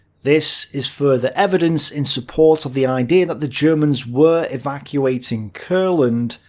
this is further evidence in support of the idea that the germans were evacuating courland,